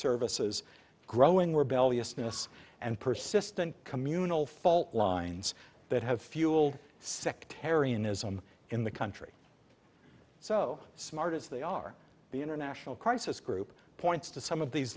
services growing rebellious ninnis and persistent communal fault lines that have fueled sectarianism in the country so smart as they are the international crisis group points to some of these